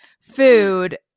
food